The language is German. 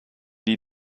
die